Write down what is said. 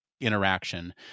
interaction